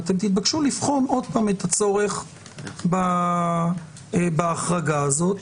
ואתם תתבקשו לבחון עוד פעם את הצורך בהחרגה הזאת.